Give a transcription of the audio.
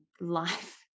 life